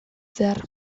zehar